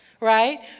right